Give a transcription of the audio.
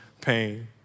pain